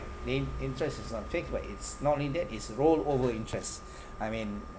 main interest it's not fixed but it's not only that it's roll over interest I mean